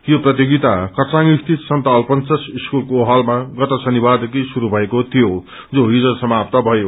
यो प्रतियोगिता खरसाङ स्रीत सन्त अल्फन्सस स्कूल हलमा गत श्रनिबारदेखि श्रुरू भएको थियो जो हिज समाप्त भयो